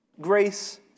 grace